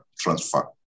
transfer